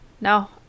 no